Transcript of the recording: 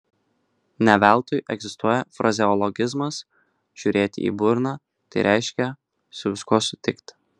ne veltui egzistuoja frazeologizmas žiūrėti į burną tai reiškia su viskuo sutikti